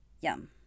Yum